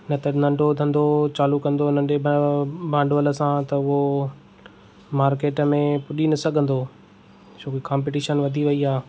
न त नंढो धंधो चालू कंदो नंढो भा नंढो भांडवल सां त हू मार्केट में पुॼी न सघंदो छो कि कंपटीशन वधी वेई आहे